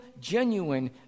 genuine